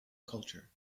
culture